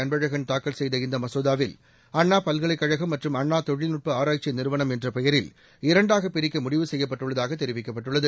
அன்பழகன் தாக்கல் செய்த இந்த மசோதாவில் அண்ணாப் பல்கலைக் கழகம் மற்றும் அண்ணா தொழில்நுட்ப ஆராய்ச்சி நிறுவனம் என்ற பெயரில் இரண்டாகப் பிரிக்க முடிவு கெப்யப்பட்டுள்ளதாக தெரிவிக்கப்பட்டுள்ளது